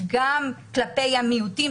שוויון כלפי מיעוטים,